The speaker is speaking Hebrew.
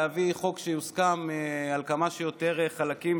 להביא חוק שיוסכם על כמה שיותר חלקים